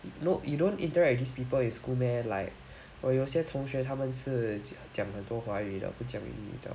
you know you don't interact these people in school meh like 我有些同学他们是讲很多华语不讲英语的